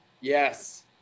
Yes